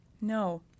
No